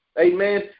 amen